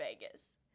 Vegas